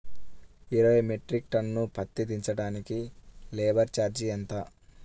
ఇరవై metric ton పత్తి దించటానికి లేబర్ ఛార్జీ ఎంత?